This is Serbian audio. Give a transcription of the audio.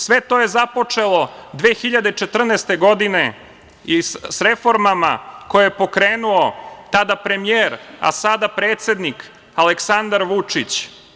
Sve to je započelo 2014. godine sa reformama koje je pokrenuo tada premijer, a sada predsednik Aleksandar Vučić.